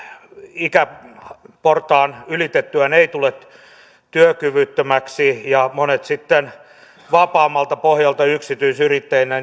ikäportaan ylitettyään ei tule työkyvyttömäksi ja monet sitten vapaammalta pohjalta yksityisyrittäjänä